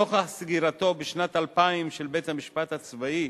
נוכח סגירתו, בשנת 2000, של בית-המשפט הצבאי,